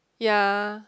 ya